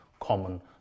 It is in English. common